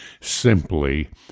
simply